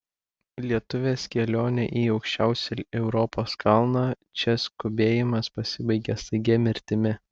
lietuvės kelionė į aukščiausią europos kalną čia skubėjimas pasibaigia staigia mirtimi